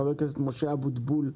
חבר הכנסת משה אבוטבול,